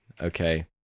Okay